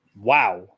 Wow